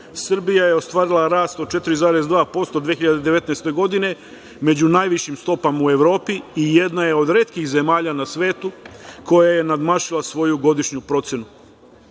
Srbija je ostvarila rast od 4,2% 2019. godine među najvišim stopama u Evropi i jedna je od retkih zemalja na svetu koja je nadmašila svoju godišnju procenu. Srbija